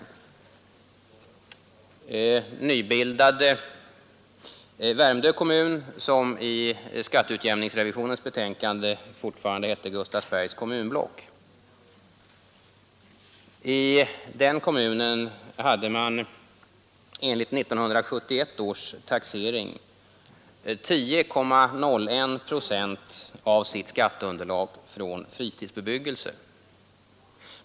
I den nybildade Värmdö kommun, som i skatteutjämningsrevisionens betänkande fortfarande hette Gustavsbergs kommunblock, hade man enligt 1971 års taxering 10,01 procent av sitt skatteunderlag från fritidsbebyggelse.